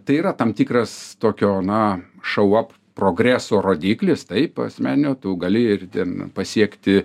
tai yra tam tikras tokio na šou ap progreso rodyklis taip asmeninio tu gali ir ten pasiekti